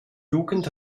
jugend